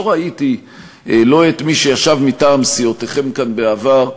לא ראיתי את מי שישב מטעם סיעותיכם כאן בעבר,